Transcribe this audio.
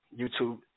YouTube